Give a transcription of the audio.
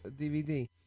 DVD